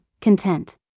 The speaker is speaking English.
content